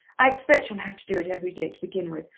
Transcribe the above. i expect she'll have to do it every day to begin with,